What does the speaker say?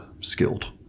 skilled